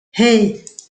hey